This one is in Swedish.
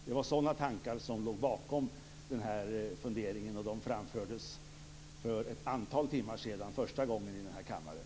Det var sådana tankar som låg bakom mina funderingar, som första gången framfördes i denna kammare för ett antal timmar sedan.